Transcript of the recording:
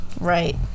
right